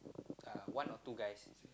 uh one or two guys